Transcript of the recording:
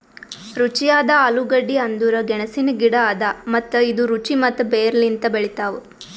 ರುಚಿಯಾದ ಆಲೂಗಡ್ಡಿ ಅಂದುರ್ ಗೆಣಸಿನ ಗಿಡ ಅದಾ ಮತ್ತ ಇದು ರುಚಿ ಮತ್ತ ಬೇರ್ ಲಿಂತ್ ಬೆಳಿತಾವ್